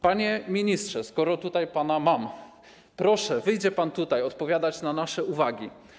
Panie ministrze, skoro tutaj pana mam, proszę, wyjdzie pan tutaj odpowiadać na nasze uwagi.